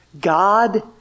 God